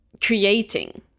creating